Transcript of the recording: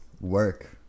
Work